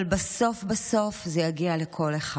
אבל בסוף בסוף זה יגיע לכל אחד.